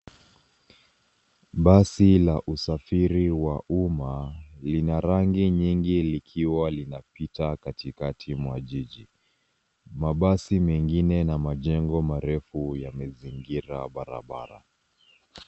Basi la usafiri wa umma, lina rangi nyingi likiwa linapita katikati mwa jiji . Mabasi mengine na majengo marefu yamezingira barabara.